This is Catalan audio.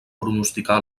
pronosticar